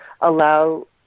allow